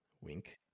Wink